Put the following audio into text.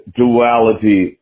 duality